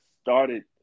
started